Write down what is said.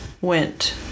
went